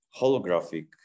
holographic